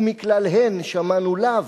ומכלל הן שמענו לאו.